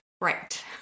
Right